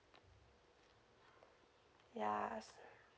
ya